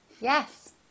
Yes